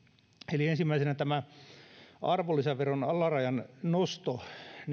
eli ensimmäisenä arvonlisäveron alarajan nosto